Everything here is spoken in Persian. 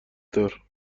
دار